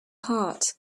heart